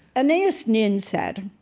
anais ah so nin said,